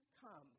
come